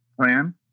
plan